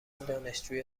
دانشجوی